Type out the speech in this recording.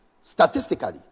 Statistically